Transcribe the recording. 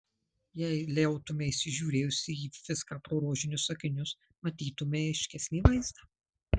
jei liautumeisi žiūrėjusi į viską pro rožinius akinius matytumei aiškesnį vaizdą